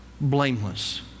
blameless